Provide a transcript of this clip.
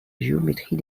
géométrie